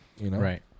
Right